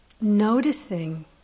noticing